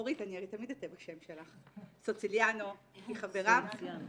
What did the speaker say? אורית סוליציאנו היא חברה,